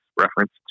reference